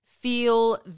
feel